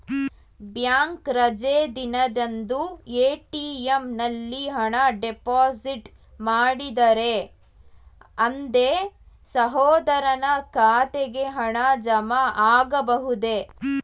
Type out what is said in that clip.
Bank ರಜೆ ದಿನದಂದು ATM ನಲ್ಲಿ ಹಣ ಡಿಪಾಸಿಟ್ ಮಾಡಿದರೆ ಅಂದೇ ಸಹೋದರನ ಖಾತೆಗೆ ಹಣ ಜಮಾ ಆಗಬಹುದೇ?